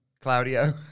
Claudio